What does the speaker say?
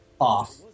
off